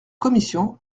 commission